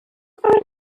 form